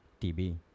TB